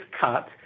cut